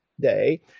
day